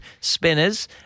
spinners